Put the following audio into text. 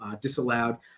disallowed